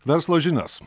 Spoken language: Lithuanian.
verslo žinios